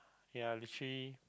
ya literally